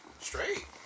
Straight